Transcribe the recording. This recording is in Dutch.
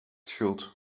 schuld